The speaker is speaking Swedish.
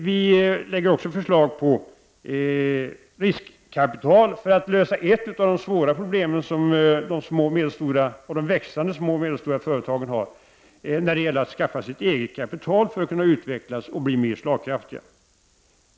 Vi föreslår också tillskott av riskkapital för att på det sättet lösa ett av de svåraste problem som de växande små och medelstora företagen har när det gäller att skaffa eget kapital för att kunna utvecklas och bli mer slagkraftiga.